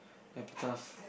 epitaph